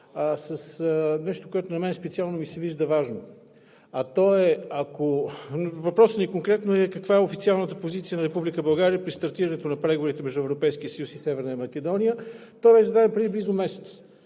с нещо, което на мен специално ми се вижда важно. Въпросът ни конкретно е: каква е официалната позиция на Република България при стартирането на преговорите между Европейския съюз и Северна Македония? Той Ви е зададен преди близо месец